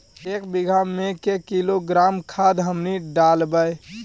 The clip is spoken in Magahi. एक बीघा मे के किलोग्राम खाद हमनि डालबाय?